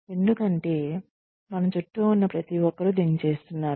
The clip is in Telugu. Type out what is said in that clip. ఎందుకంటే మన చుట్టూ ఉన్న ప్రతి ఒక్కరూ దీన్ని చేస్తున్నారు